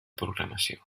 programació